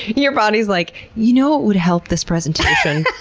your body's like, you know what would help this presentation?